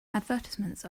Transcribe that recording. advertisements